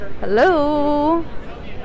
Hello